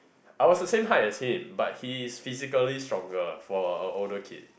I was the same height as him but he is physically stronger for a older kid